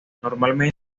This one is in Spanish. normalmente